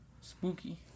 Spooky